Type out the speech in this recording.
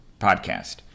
podcast